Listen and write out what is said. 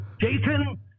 Jason